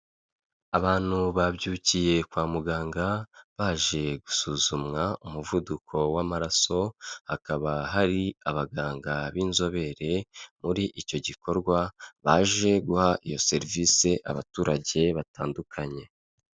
Abantu babyukiye kwa muganga, baje gusuzumwa umuvuduko w'amaraso, hakaba hari abaganga b'inzobere muri icyo gikorwa, baje guha iyo serivise abaturage batandukanye.